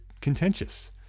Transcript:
contentious